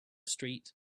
street